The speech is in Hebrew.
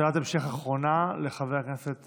שאלת המשך אחרונה, לחבר הכנסת